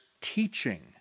teaching